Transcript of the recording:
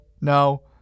No